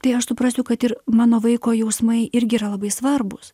tai aš suprasiu kad ir mano vaiko jausmai irgi yra labai svarbūs